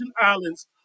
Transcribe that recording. Islands